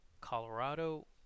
Colorado